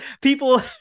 people